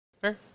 Fair